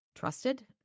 Trusted